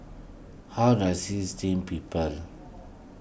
how is Steamed Garoupa